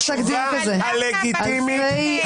שאלה נורא קצרה.